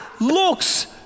looks